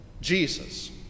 Jesus